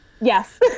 Yes